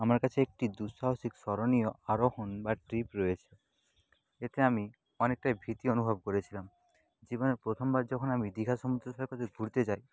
আমার কাছে একটি দুঃসাহসিক স্মরণীয় আরোহণ বা ট্রিপ রয়েছে এতে আমি অনেকটাই ভীতি অনুভব করেছিলাম জীবনের প্রথমবার যখন আমি দীঘা সমুদ্র সৈকতে ঘুরতে যাই